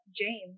James